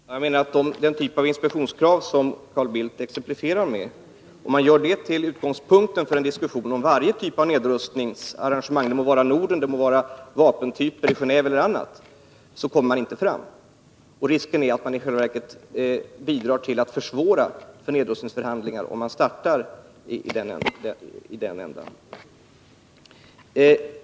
Herr talman! Jag menar att om man gör den typ av inspektionskrav som Carl Bildt exemplifierade med till utgångspunkten för en diskussion om varje typ av nedrustningsarrangemang — vare sig det gäller Norden, vapentyper i Geneve eller något annat — så kommer man inte fram. Risken är att man i själva verket bidrar till att försvåra nedrustningsförhandlingarna om man startar i den ändan.